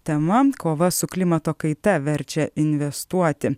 tema kova su klimato kaita verčia investuoti